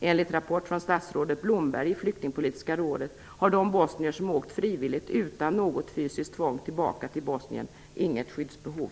Enligt rapport från statsrådet Blomberg i Flyktingpolitiska rådet har de bosnier som frivilligt utan något fysiskt tvång åkt tillbaka till Bosnien inget skyddsbehov.